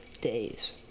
Days